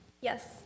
Yes